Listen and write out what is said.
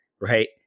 Right